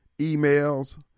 emails